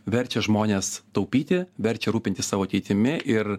verčia žmones taupyti verčia rūpintis savo ateitimi ir